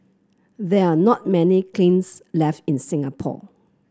there are not many kilns left in Singapore